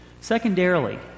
Secondarily